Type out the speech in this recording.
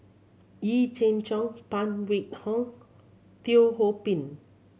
Yee Jenn Jong Phan Wait Hong Teo Ho Pin